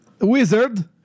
wizard